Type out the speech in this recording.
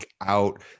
out